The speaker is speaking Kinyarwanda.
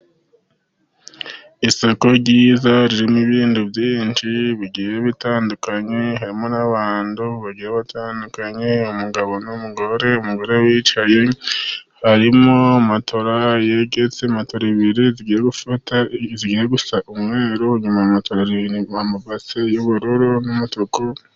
Isoko ryiza ririmo ibintu byinshi bigiye bitandukanye, harimo n'abantu bagiye batandukanye, umugabo n'umugore, umugore wicaye, harimo matora yegetse, matora ebyiri zigiye gusa n'umweru, nyuma ya matera hari amabase iy'ubururu n'umutuku.